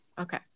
Okay